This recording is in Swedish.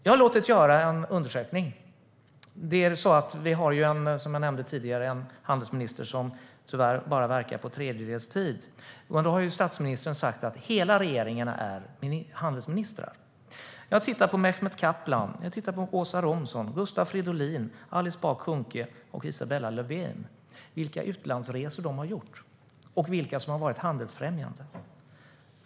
Jag har låtit göra en undersökning. Som jag nämnde tidigare har vi en handelsminister som tyvärr bara verkar på tredjedelstid. Men statsministern har sagt att hela regeringen är handelsministrar. Jag har tittat på vilka utlandsresor som Mehmet Kaplan, Åsa Romson, Gustav Fridolin, Alice Bah Kuhnke och Isabella Lövin har gjort och vilka som har varit handelsfrämjande.